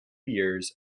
years